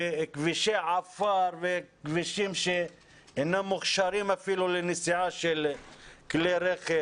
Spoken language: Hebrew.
כבישי עפר וכבישים שאינם מוכשרים אפילו לנסיעה של כלי רכב.